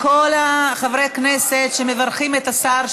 מכל חברי הכנסת שמברכים את השר,